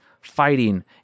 fighting